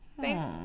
thanks